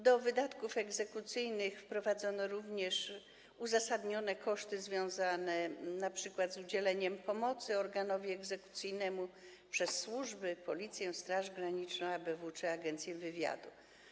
Do listy wydatków egzekucyjnych wprowadzono również uzasadnione koszty związane np. z udzieleniem pomocy organowi egzekucyjnemu przez służby: Policję, Straż Graniczną, ABW czy Agencję Wywiadu.